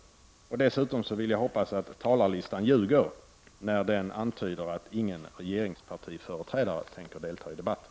Dessutom hoppas jag att talarlistan ljuger, när den antyder att ingen regeringspartiföreträdare tänker delta i debatten.